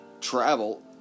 travel